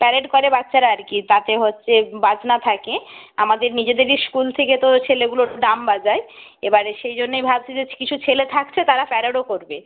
parade করে বাচ্চারা আর কি তাতে হচ্ছে বাজনা থাকে আমাদের নিজেদেরই স্কুল থেকে তো ছেলেগুলো ড্রাম বাজায় এবারে সেই জন্যে ভাবছি যে কিছু ছেলে থাকছে তারা প্যারেডও করবে